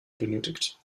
benötigt